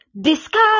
discuss